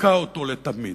תתקע אותו לתמיד.